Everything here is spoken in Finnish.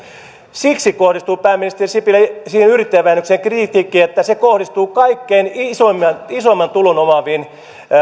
siksi kohdistuu pääministeri sipilä siihen yrittäjävähennykseen kritiikkiä että se kohdistuu kaikkein isoimman isoimman tulon omaaviin